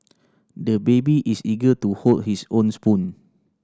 the baby is eager to hold his own spoon